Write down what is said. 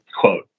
quote